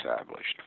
established